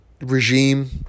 regime